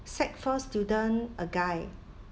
sec four student a guy